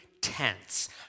tense